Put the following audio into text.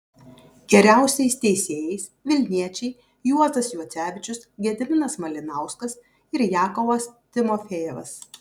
geriausiais teisėjais vilniečiai juozas juocevičius gediminas malinauskas ir jakovas timofejevas